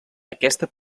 aquesta